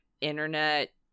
internet